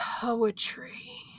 poetry